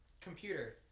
Computer